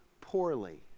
poorly